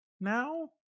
now